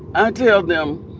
i tell them,